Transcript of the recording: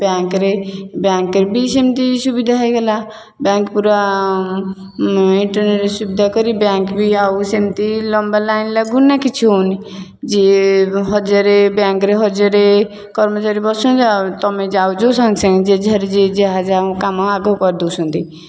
ବ୍ୟାଙ୍କରେ ବ୍ୟାଙ୍କରେ ବି ସେମିତି ସୁବିଧା ହେଇଗଲା ବ୍ୟାଙ୍କ ପୁରା ଇଣ୍ଟରନେଟ୍ ସୁବିଧା କରି ବ୍ୟାଙ୍କ ବି ଆଉ ସେମିତି ଲମ୍ବା ଲାଇନ୍ ଲାଗୁନି ନା କିଛି ହେଉନି ଯିଏ ହଜାର ବ୍ୟାଙ୍କରେ ହଜାର କର୍ମଚାରୀ ବସୁଛନ୍ତି ତୁମେ ଯାଉଛ ସାଙ୍ଗେସାଙ୍ଗ ଯିଏ ଯାହାର ଯିଏ ଯାହା ଯାହା କାମ ଆଗ କରିଦେଉଛନ୍ତି